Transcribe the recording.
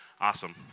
Awesome